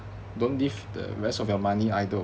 okay